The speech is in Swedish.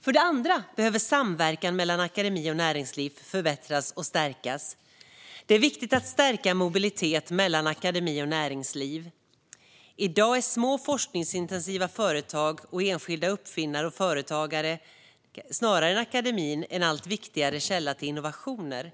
För det andra behöver samverkan mellan akademi och näringsliv förbättras och stärkas. Det är viktigt att stärka mobilitet mellan akademi och näringsliv. I dag är små forskningsintensiva företag och enskilda uppfinnare och företagare, snarare än akademin, allt viktigare källor till innovationer.